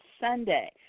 Sunday